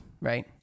right